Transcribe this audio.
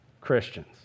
Christians